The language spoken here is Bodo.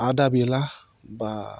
आदा बेला बा